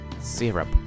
Syrup